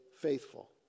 faithful